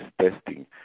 testing